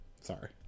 sorry